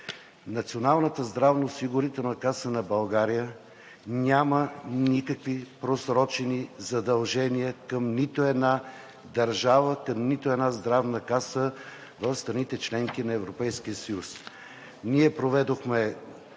Националната здравноосигурителна каса на България няма никакви просрочени задължения към нито една държава, към нито една здравна каса в страните – членки на Европейския съюз.